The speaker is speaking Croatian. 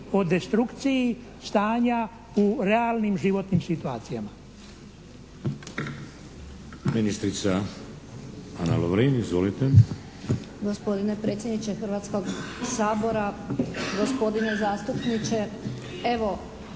o destrukciji stanja u realnim životnim situacijama.